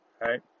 right